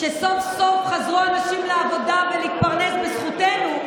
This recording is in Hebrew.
כשסוף-סוף חזרו אנשים לעבודה ולהתפרנס, בזכותנו,